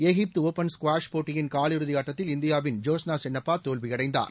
எகிப்து open squash போட்டியின் காலிறுதி ஆட்டத்தில் இந்தியாவின் ஜோஸ்னா சின்னப்பா தோல்வியடைந்தார்